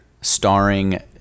starring